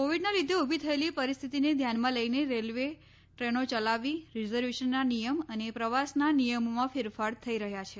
કોવિડના લીધે ઉભી થયેલી પરિસ્થિતિને ધ્યાનમાં લઈને રેલવે ટ્રેનો ચલાવવી રિઝર્વેશનના નિયમ અને પ્રવાસના નિયમોમાં ફેરફારો થઈ રહ્યા છે